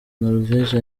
norvège